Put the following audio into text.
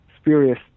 spurious